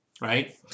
right